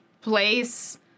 place